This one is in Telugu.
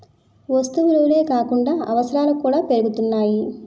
వస్తు విలువలే కాకుండా అవసరాలు కూడా పెరుగుతున్నాయి